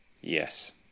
Yes